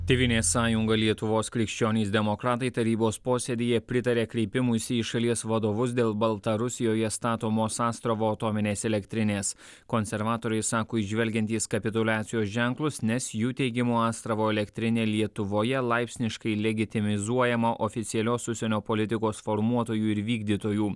tėvynės sąjunga lietuvos krikščionys demokratai tarybos posėdyje pritarė kreipimuisi į šalies vadovus dėl baltarusijoje statomos astravo atominės elektrinės konservatoriai sako įžvelgiantys kapituliacijos ženklus nes jų teigimu astravo elektrinė lietuvoje laipsniškai legitimizuojama oficialios užsienio politikos formuotojų ir vykdytojų